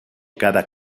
cada